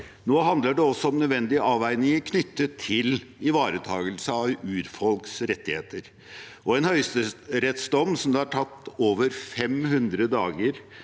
Nå handler det også om nødvendige avveininger knyttet til ivaretakelse av urfolks rettigheter og en høyesterettsdom som det har tatt over 500 dager